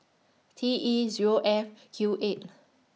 T E Zero F Q eight